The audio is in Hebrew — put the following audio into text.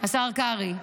השר קרעי,